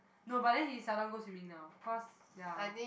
no but then he seldom go swimming now cause ya